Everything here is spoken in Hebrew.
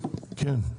בבקשה.